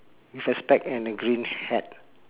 with a spec and a green hat